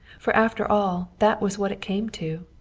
for after all that was what it came to.